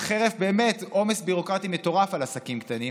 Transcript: חרף עומס ביורוקרטי מטורף על עסקים קטנים,